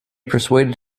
persuaded